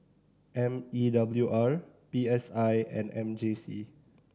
M E W R P S I and M J C